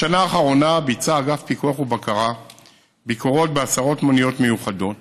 בשנה האחרונה ביצע אגף פיקוח ובקרה ביקורות בעשרות מוניות מיוחדות